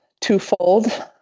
twofold